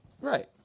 Right